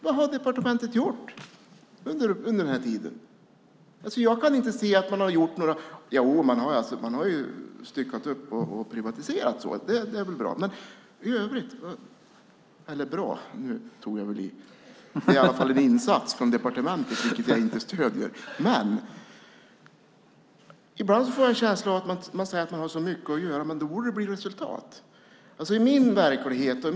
Vad har departementet gjort under den här tiden? Man har styckat upp och privatiserat. Det är i alla fall en insats från departementet, även om jag inte stöder den. Man säger att man har så mycket att göra, och då borde det väl bli resultat.